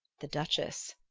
the duchess,